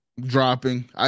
dropping